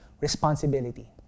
responsibility